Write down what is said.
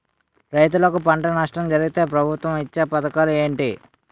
రైతులుకి పంట నష్టం జరిగితే ప్రభుత్వం ఇచ్చా పథకాలు ఏంటి?